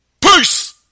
Peace